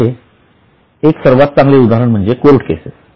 याचे एक सर्वात चांगले उदाहरण म्हणजे कोर्ट केस